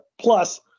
plus